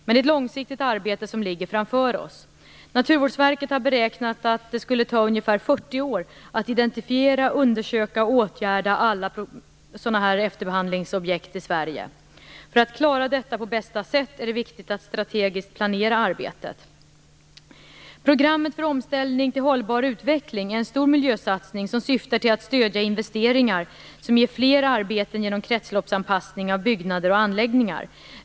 Det är ett långsiktigt arbete som ligger framför oss. Naturvårdsverket har beräknat att det tar ungefär 40 år att identifiera, undersöka och åtgärda alla sådana här efterbehandlingsobjekt i Sverige. För att klara detta på bästa sätt är det viktigt att strategiskt planera arbetet. Programmet för omställning till en hållbar utveckling är en stor miljösatsning som syftar till att stödja investeringar som ger fler arbeten genom kretsloppsanpassning av byggnader och anläggningar.